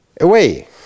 away